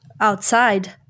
outside